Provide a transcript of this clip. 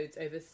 over